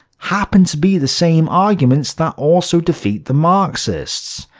happen to be the same arguments that also defeat the marxists.